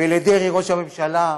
ולדרעי ראש הממשלה,